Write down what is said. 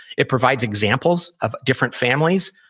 it provides examples of different families.